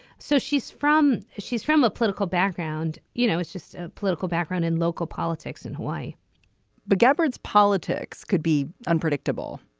so she's from she's from a political background. you know it's just ah political background in local politics in hawaii but gabonese politics could be unpredictable.